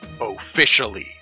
Officially